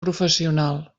professional